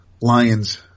Lion's